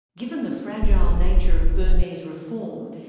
given the fragile nature of burmese reform,